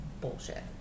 bullshit